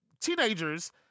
teenagers